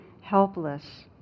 helpless